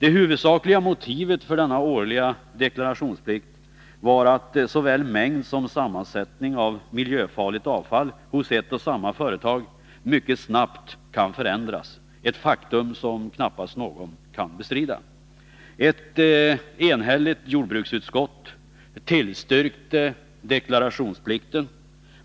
Det huvudsakliga motivet för denna årliga deklarationsplikt var att såväl mängd som sammansättning av miljöfarligt avfall från ett och samma företag mycket snabbt kan förändras. Ett faktum som knappast någon kan bestrida. Ett enhälligt jordbruksutskott tillstyrkte deklarationsplikten.